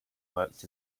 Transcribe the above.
worked